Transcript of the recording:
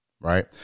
Right